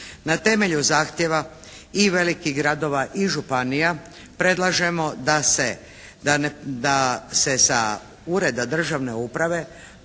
Na temelju zahtjeva i velikih gradova i županija predlažemo da se sa Ureda državne uprave